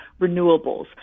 renewables